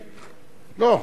לא.